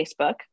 Facebook